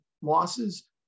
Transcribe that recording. losses